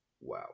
Wow